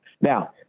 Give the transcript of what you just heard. Now